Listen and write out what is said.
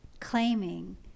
claiming